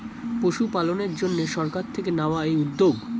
পশুপালনের জন্যে সরকার থেকে নেওয়া এই উদ্যোগ